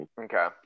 Okay